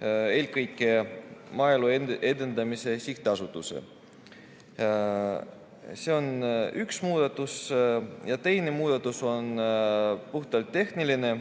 eelkõige Maaelu Edendamise Sihtasutuse. See on esimene muudatus. Teine muudatus on puhtalt tehniline.